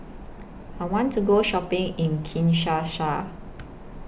I want to Go Shopping in Kinshasa